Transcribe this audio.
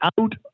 out